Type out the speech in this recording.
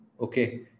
okay